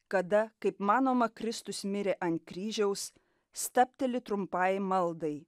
kada kaip manoma kristus mirė ant kryžiaus stabteli trumpai maldai